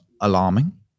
alarming